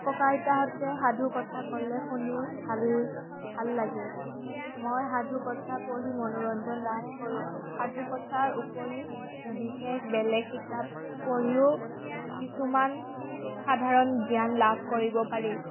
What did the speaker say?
ককা আইতাহঁতে সাধু কথা ক'লে শুনি ভাল ভাল লাগে মই সাধুকথা পঢ়ি মনোৰঞ্জন লাভ কৰোঁ সাধুকথাৰ উপৰি বিশেষ বেলেগ কিতাপ পঢ়িও কিছুমান সাধাৰণ জ্ঞান লাভ কৰিব পাৰি